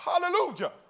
Hallelujah